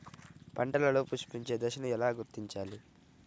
పంటలలో పుష్పించే దశను ఎలా గుర్తించాలి?